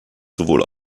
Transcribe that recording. sowohl